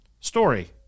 story